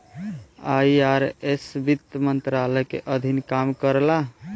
IRS वित्त मंत्रालय के अधीन काम करला